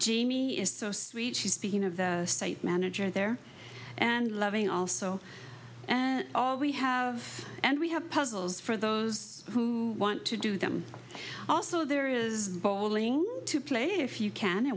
djimi is so sweet she's speaking of the state manager there and loving also and all we have and we have puzzles for those who want to do them also there is bowling to play if you can